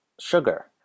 sugar